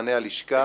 מבחני הלשכה